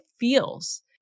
Feels